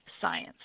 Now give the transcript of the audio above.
science